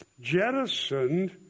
jettisoned